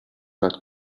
that